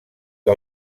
que